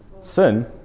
Sin